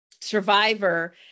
survivor